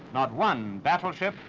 not one battleship,